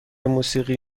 موسیقی